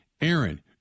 Aaron